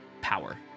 power